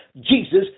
Jesus